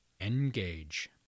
engage